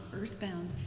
earthbound